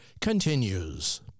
continues